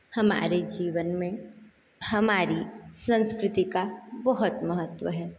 हमारे जीवन में हमारी संस्कृती का बहुत महत्व है